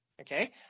okay